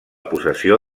possessió